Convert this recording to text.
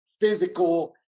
physical